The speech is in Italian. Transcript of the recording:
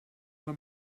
alla